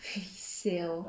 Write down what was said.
resale